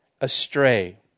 astray